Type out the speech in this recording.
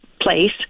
place